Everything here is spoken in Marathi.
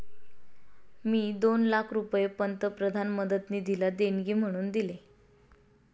मी दोन लाख रुपये पंतप्रधान मदत निधीला देणगी म्हणून दिले